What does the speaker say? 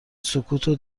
سکوتو